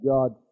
God